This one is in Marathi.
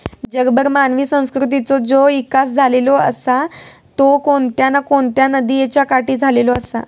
जगभर मानवी संस्कृतीचा जो इकास झालेलो आसा तो कोणत्या ना कोणत्या नदीयेच्या काठी झालेलो आसा